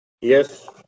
yes